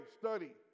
study